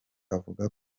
avuga